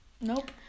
Nope